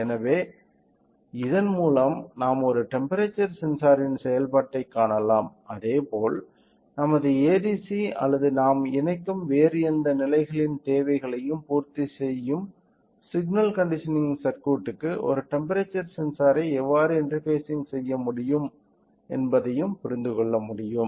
எனவே இதன் மூலம் நாம் ஒரு டெம்ப்பெரேச்சர் சென்சாரின் செயல்பாட்டைக் காணலாம் அதே போல் நமது ADC அல்லது நாம் இணைக்கும் வேறு எந்த நிலைகளின் தேவைகளையும் பூர்த்தி செய்யும் சிக்னல் கண்டிஷனிங் சர்க்யூட்டுக்கு ஒரு டெம்ப்பெரேச்சர் சென்சாரை எவ்வாறு இன்டெர்பாஸிங் செய்ய முடியும் என்பதையும் புரிந்து கொள்ள முடியும்